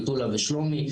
מטולה ושלומי.